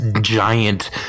giant